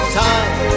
time